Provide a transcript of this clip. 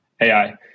AI